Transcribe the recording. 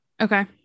okay